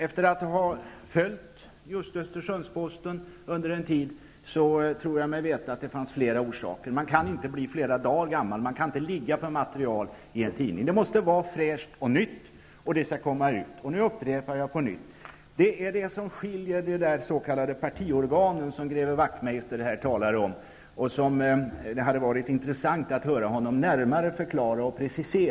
Efter det att jag har följt just Östersunds-Posten under en tid, tror jag mig veta att det fanns flera orsaker. En tidning kan inte bli flera dagar gammal, den kan inte ligga på material, utan det måste vara fräscht och nytt, och det skall komma ut. Jag upprepar därför följande på nytt. Det är det som skiljer dem från de s.k. partiorganen, som greve Wachtmeister här talade om, och som det hade varit intressant att höra honom närmare förklara och precisera.